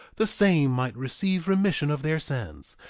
the same might receive remission of their sins,